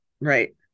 right